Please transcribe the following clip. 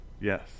yes